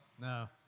No